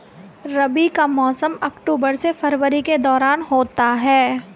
रबी का मौसम अक्टूबर से फरवरी के दौरान होता है